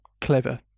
clever